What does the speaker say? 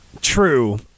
True